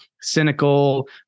cynical